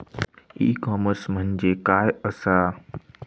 E commerce म्हणजे काय असा?